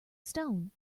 stone